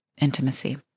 intimacy